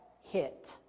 hit